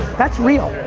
that's real.